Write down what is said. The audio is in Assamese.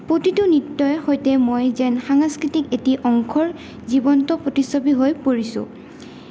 প্ৰতিটো নৃত্যৰ সৈতে মই যেন সাংস্কৃতিক এটি অংশৰ জীৱন্ত প্ৰতিচ্ছবি হৈ পৰিছোঁ